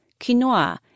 quinoa